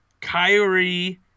Kyrie